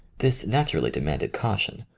this naturally demanded caution,